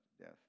death